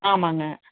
ஆமாங்க